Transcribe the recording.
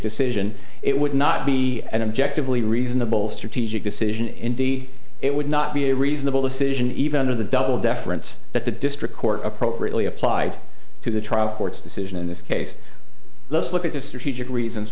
decision it would not be an objectively reasonable strategic decision indeed it would not be a reasonable decision even under the double deference that the district court appropriately applied to the trial court's decision in this case let's look at th